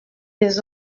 des